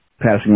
passing